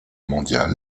mondiale